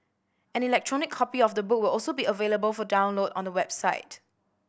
an electronic copy of the book will also be available for download on the website